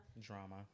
Drama